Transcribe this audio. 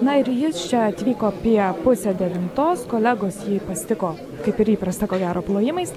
na ir jis čia atvyko apie pusę devintos kolegos jį pasitiko kaip ir įprasta ko gero plojimais